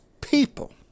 people